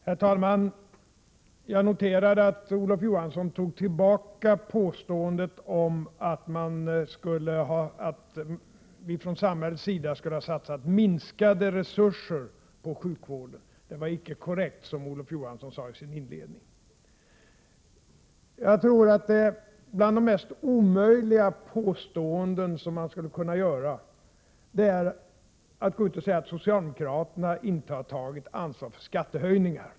Herr talman! Jag noterar att Olof Johansson tog tillbaka påståendet att vi från samhällets sida skulle ha satsat minskade resurser på sjukvården. Det var icke korrekt, som Olof Johansson sade i sin inledning. Ett av de mest omöjliga påståenden som man skulle kunna göra är att socialdemokraterna inte har tagit ansvar för skattehöjningar.